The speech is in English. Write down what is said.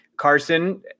Carson